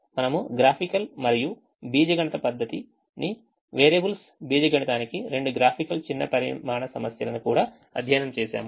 మనము గ్రాఫికల్ మరియు బీజగణిత పద్ధతి ని వేరియబుల్స్ బీజగణితానికి రెండు గ్రాఫికల్ చిన్న పరిమాణ సమస్యలను కూడా అధ్యయనం చేసాము